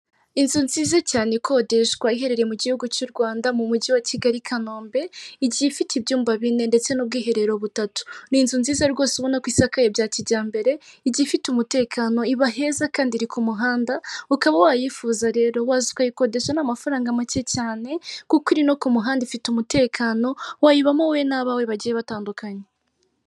Inzu nziza cyane ikodeshwa, iherereye mu gihugu cy'u Rwanda, mu mujyi wa Kigali Kanombe, igiye ifite ibyumba bine ndetse n'ubwiherero butatu, ni inzu nziza rwose ubona ko isakaye bya kijyambere, igiye ifite umutekano ibaheza kandi iri ku muhanda, ukaba wayifuza rero yikodesha n'amafaranga make cyane, kuko iri no ku muhanda ifite umutekano, wayibamo wowe n'abawe bagiye batandukanye.